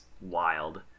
wild